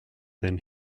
than